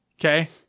Okay